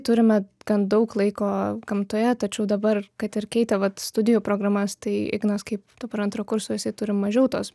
turime gan daug laiko gamtoje tačiau dabar kad ir keitė vat studijų programas tai ignas kaip dabar antro kurso jisai turi mažiau tos